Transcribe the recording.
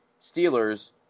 Steelers